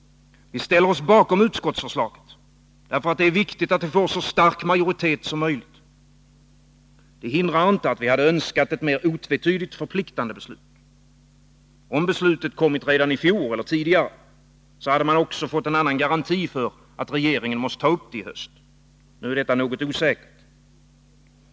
Vi ställer oss bakom utskottsförslaget, därför att det är viktigt att det får så stark majoritet som möjligt. Det hindrar inte att vi hade önskat ett mer otvetydigt förpliktande beslut. Om beslutet hade kommit redan i fjol eller tidigare, hade man också fått en garanti för att regeringen måst ta upp det i höst. Nu är detta något osäkert.